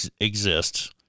exists